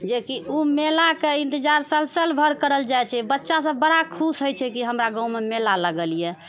जेकि ओ मेलाके इन्तजार साल साल भरि करल जाइत छै बच्चा सभ बड़ा खुश होइत छै कि हमरा गाँवमे मेला लागल यऽ